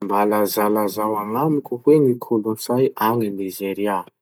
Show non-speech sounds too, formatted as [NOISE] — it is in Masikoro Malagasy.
[NOISE] Mba lazalazao agnamiko hoe ny kolotsay agny Nizeria?